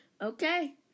Okay